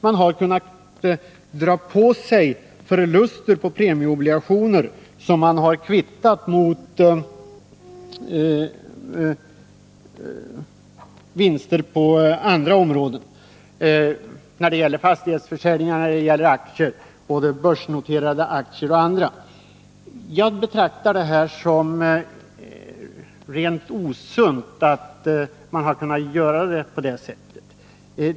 Man har kunnat dra på sig förluster på premieobligationerna som man har kvittat mot vinster på andra områden, t.ex. fastighetsförsäljningar och aktier — både börsnoterade och andra. Jag betraktar det som osunt att man har kunnat göra på det sättet.